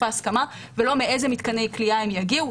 ההסכמה ולא מאילו מתקני כליאה הם יגיעו.